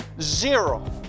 zero